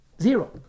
Zero